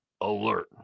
alert